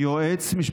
יועץ או יועצת?